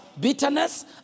bitterness